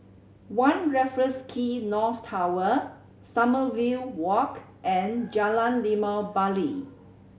One Raffles Quay North Tower Sommerville Walk and Jalan Limau Bali